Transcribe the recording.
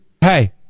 Hey